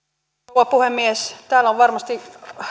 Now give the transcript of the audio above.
rouva puhemies täällä on varmasti